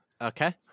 Okay